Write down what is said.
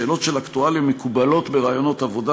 שאלות של אקטואליה מקובלות בראיונות עבודה,